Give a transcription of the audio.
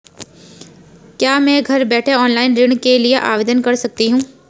क्या मैं घर बैठे ऑनलाइन ऋण के लिए आवेदन कर सकती हूँ?